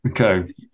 Okay